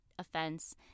offense